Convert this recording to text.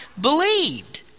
believed